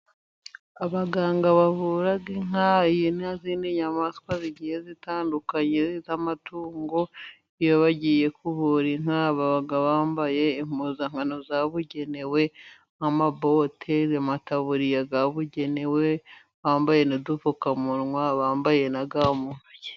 Abaganga bavura inka, inka n'izindi nyayamaswa zigiye zitandukanye z'amatungo, iyo bagiye kuvura inka baba bambaye impuzankano zabugenewe, nk'amabote amataburiya yabugenewe bambaye n'udupfukamunwa bambaye na ga mu ntoki.